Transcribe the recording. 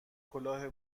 کلاه